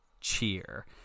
Cheer